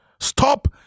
Stop